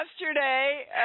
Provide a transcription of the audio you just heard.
yesterday